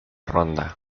ronda